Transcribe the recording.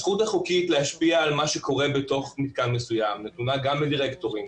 הזכות החוקית להשפיע על מה שקורה בתוך מתקן מסוים נתונה גם לדירקטורים,